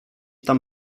tam